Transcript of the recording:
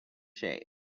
shape